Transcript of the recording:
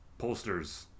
pollsters